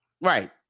Right